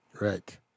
Right